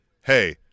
hey